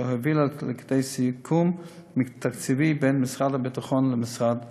והיא הובילה לכדי סיכום תקציבי בין משרד הביטחון לבין משרד הבריאות.